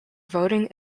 voting